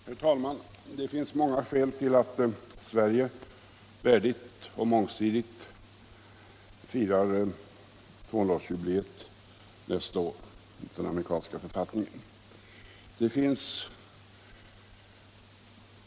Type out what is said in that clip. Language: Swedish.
Herr talman! Det finns många skäl till att Sverige värdigt och mångsidigt firar 200-årsjubileet nästa år av den amerikanska författningen.